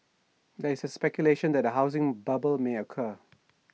there is speculation that A housing bubble may occur